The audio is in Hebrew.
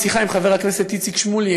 בשיחה עם חבר הכנסת איציק שמולי,